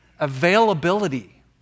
availability